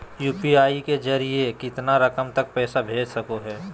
UPI के जरिए कितना रकम तक पैसा भेज सको है?